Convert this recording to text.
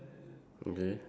okay